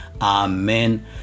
Amen